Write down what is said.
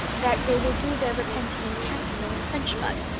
that they will do their repenting in khaki and trench mud,